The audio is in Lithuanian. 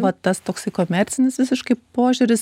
va tas toksai komercinis visiškai požiūris